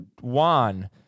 Juan